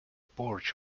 porch